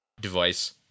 device